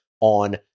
on